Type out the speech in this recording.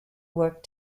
work